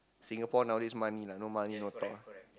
Singapore nowadays money lah no money no talk ah